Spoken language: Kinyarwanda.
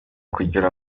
kugira